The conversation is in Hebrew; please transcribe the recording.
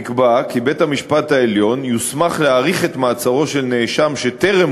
נקבע כי בית-המשפט העליון יוסמך להאריך את מעצרו של נאשם שטרם